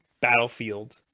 Battlefield